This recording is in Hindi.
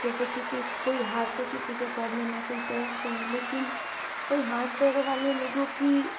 जैसे किसी कोई हाथ से किसी के प्रॉब्लम है कोई पैर से है लेकिन कई हाथ पैरों वाले लोगों की